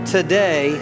Today